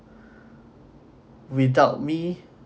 without me